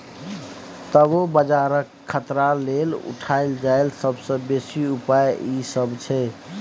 तबो बजारक खतरा लेल उठायल जाईल सबसे बेसी उपाय ई सब छै